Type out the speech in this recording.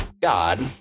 God